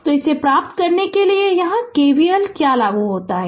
तो इसे प्राप्त करने के लिए यहाँ K V L क्या लागू होता है